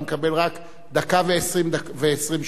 אתה מקבל רק דקה ועשרים שניות.